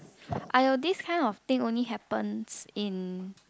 !aiyo! this kind of thing only happens in